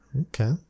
Okay